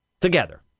together